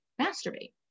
masturbate